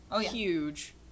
huge